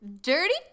dirty